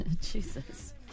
Jesus